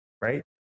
right